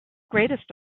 greatest